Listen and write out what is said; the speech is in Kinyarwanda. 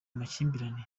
amakimbirane